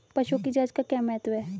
पशुओं की जांच का क्या महत्व है?